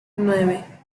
nueve